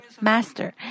master